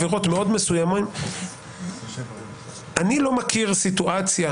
אני לא מכיר סיטואציה